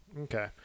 Okay